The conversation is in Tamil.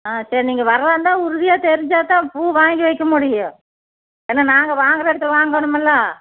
ஆ சரி நீங்கள் வரதாக இருந்தா உறுதியாக தெரிஞ்சா தான் பூ வாங்கி வைக்க முடியும் ஏன்னா நாங்கள் வாங்கிற இடத்தில் வாங்கோணுமில்ல